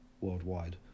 worldwide